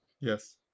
Yes